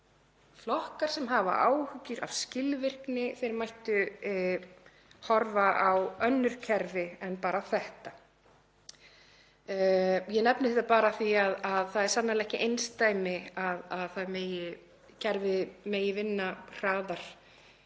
flokkar sem hafa áhyggjur af skilvirkni horfa á önnur kerfi en bara þetta. Ég nefni þetta af því að það er sannarlega ekki einsdæmi að kerfið megi vinna hraðar.